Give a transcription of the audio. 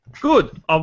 Good